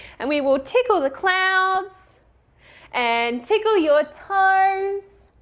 and we will tickle the clouds and tickle your toes.